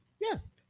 Yes